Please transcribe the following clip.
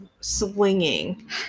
swinging